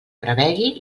prevegi